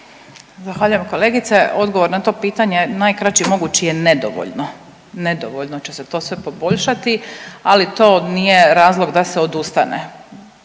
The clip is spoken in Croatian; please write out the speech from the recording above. Zahvaljujem kolegice. Odgovor na to pitanje najkraći mogući je nedovoljno, nedovoljno će se to sve poboljšati, ali to nije razlog da se odustane.